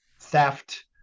theft